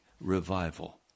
revival